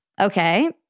okay